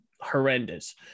horrendous